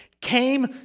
came